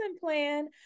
plan